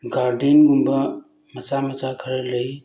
ꯒꯥꯔꯗꯦꯟꯒꯨꯝꯕ ꯃꯆꯥ ꯃꯆꯥ ꯈꯔ ꯂꯩ